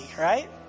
right